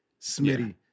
Smitty